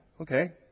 Okay